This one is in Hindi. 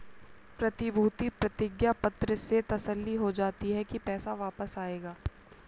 प्रतिभूति प्रतिज्ञा पत्र से तसल्ली हो जाती है की पैसा वापस आएगा